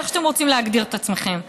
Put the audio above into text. איך שאתם רוצים להגדיר את עצמכם,